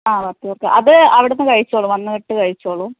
okay okay അത് അവിടുന്ന് കഴിച്ചോളും വന്നിട്ട് കഴിച്ചോളും